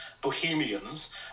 bohemians